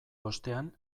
ostean